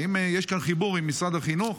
האם יש כאן חיבור עם משרד החינוך?